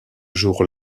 jour